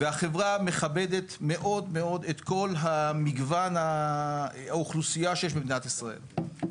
והחברה מכבדת מאוד מאוד את כל מגוון האוכלוסייה שיש במדינת ישראל.